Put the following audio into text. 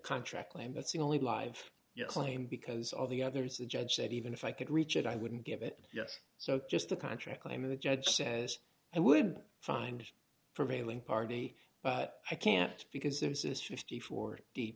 contract lame that's the only live your claim because all the others the judge said even if i could reach it i wouldn't give it yes so just the contract claim of the judge says i would find prevailing party but i can't because there is this fifty four d